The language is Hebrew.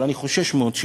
אבל אני חושש מאוד שכן.